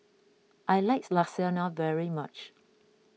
I like Lasagna very much